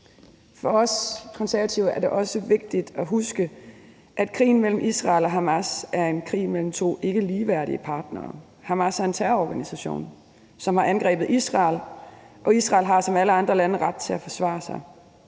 For os i Konservative er det også vigtigt at huske, at krigen mellem Israel og Hamas er en krig mellem to ikkeligeværdige parter. Hamas er en terrororganisation, som har angrebet Israel, og Israel har som alle andre lande ret til at forsvare sig.